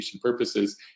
purposes